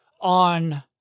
on